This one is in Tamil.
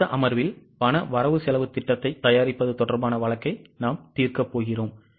அடுத்த அமர்வில் பண வரவு செலவுத் திட்டத்தை தயாரிப்பது தொடர்பான வழக்கை நாம் தீர்க்கப்போகிறோம்